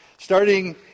Starting